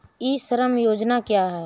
ई श्रम योजना क्या है?